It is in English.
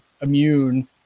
immune